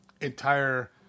entire